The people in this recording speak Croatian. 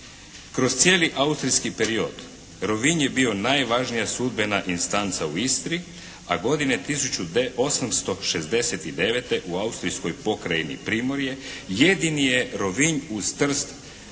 Kroz cijeli austrijski period Rovinj je bio najvažnija sudbena instanca u Istri, a godine 1869. u austrijskoj pokrajini Primorje jedini je Rovinj uz Trst